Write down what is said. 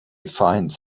finds